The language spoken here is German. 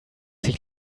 sich